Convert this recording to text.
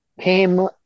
came